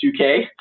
2K